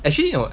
actually your